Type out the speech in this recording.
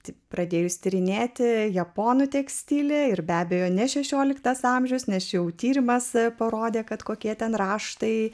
tik pradėjus tyrinėti japonui tekstilę ir be abejo ne šešioliktas amžius nes jau čia tyrimas parodė kad kokie ten raštai